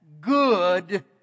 good